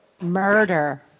Murder